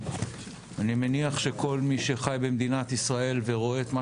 אני מניח שכל מי שחי במדינת ישראל ורואה את מה